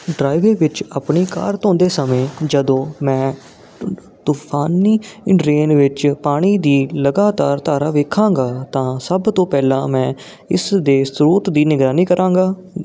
driveway ਵਿੱਚ ਆਪਣੀ car ਧੋਂਦੇ ਸਮੇਂ ਜਦੋਂ ਮੈਂ ਤੂਫ਼ਾਨੀ ਡ੍ਰੇਨ ਵਿੱਚ ਪਾਣੀ ਦੀ ਲਗਾਤਾਰ ਧਾਰਾ ਵੇਖਾਂਗਾ ਤਾਂ ਸਭ ਤੋਂ ਪਹਿਲਾਂ ਮੈਂ ਇਸ ਦੇ ਸਰੋਤ ਦੀ ਨਿਗਰਾਨੀ ਕਰਾਂਗਾ